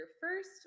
first